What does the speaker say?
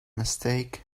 mistake